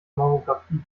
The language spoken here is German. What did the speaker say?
mammographie